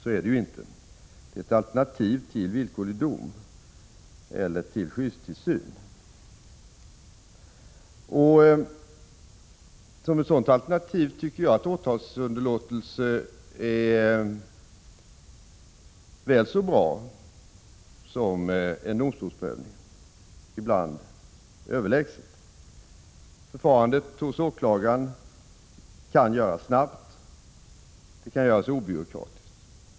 Så är det inte, utan det är ett alternativ till villkorlig dom eller till skyddstillsyn. Som ett sådant alternativ är åtalsunderlåtelse väl så bra som en domstolsprövning, ibland överlägsen. Förfarandet hos åklagaren kan göras snabbt och obyråkratiskt.